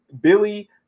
Billy